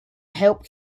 help